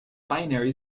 binary